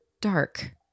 dark